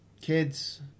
kids